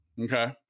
okay